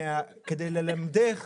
כדי ללמדך